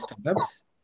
startups